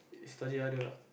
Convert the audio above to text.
study harder ah